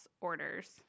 orders